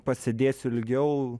pasėdėsiu ilgiau